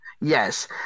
Yes